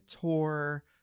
tour